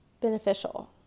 beneficial